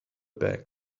backs